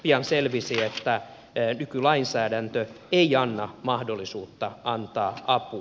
pian selvisi että nykylainsäädäntö ei anna mahdollisuutta antaa apua